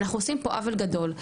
אנחנו עושים פה עוול גדול.